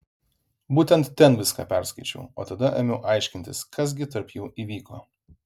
būtent ten viską perskaičiau o tada ėmiau aiškintis kas gi tarp jų įvyko